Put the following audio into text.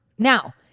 Now